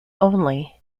only